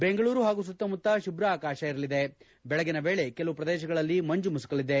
ಬೆಂಗಳೂರು ಹಾಗೂ ಸುತ್ತಮುತ್ತ ಶುಭ್ರ ಆಕಾಶ ಇರಲಿದೆ ಬೆಳಗಿನ ವೇಳೆ ಕೆಲವು ಪ್ರದೇಶಗಳಲ್ಲಿ ಮಂಜು ಮುಸುಕಲಿದೆ